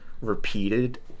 repeated